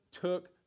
took